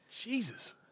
Jesus